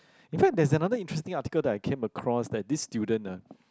in fact there is another interesting article that I came across that this student ah